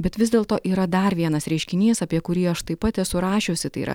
bet vis dėlto yra dar vienas reiškinys apie kurį aš taip pat esu rašiusi tai yra